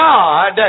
God